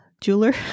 jeweler